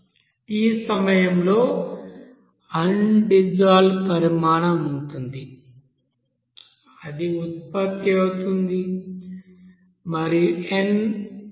t సమయంలో undissolved పరిమాణం ఉంటుంది అది ఉత్పత్తి అవుతుంది మరియు అది n